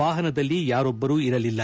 ವಾಹನದಲ್ಲಿ ಯಾರೊಬ್ಬರೂ ಇರಲಿಲ್ಲ